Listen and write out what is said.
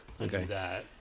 okay